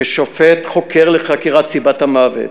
כשופט חוקר לחקירת סיבת המוות,